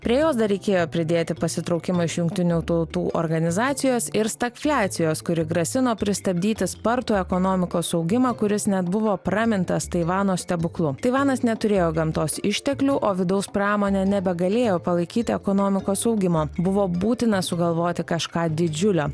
prie jos dar reikėjo pridėti pasitraukimą iš jungtinių tautų organizacijos ir stagfliacijos kuri grasino pristabdyti spartų ekonomikos augimą kuris net buvo pramintas taivano stebuklu taivanas neturėjo gamtos išteklių o vidaus pramonė nebegalėjo palaikyti ekonomikos augimo buvo būtina sugalvoti kažką didžiulio